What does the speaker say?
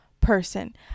person